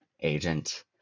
agent